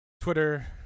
Twitter